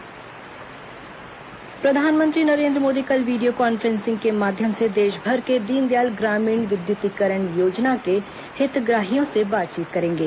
प्रधानमंत्री बातचीत प्रधानमंत्री नरेन्द्र मोदी कल वीडियो कॉन्फ्रेंसिंग के माध्यम से देशभर के दीनदयाल ग्रामीण विद्युतीकरण योजना के हितग्राहियों से बातचीत करेंगे